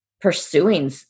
pursuing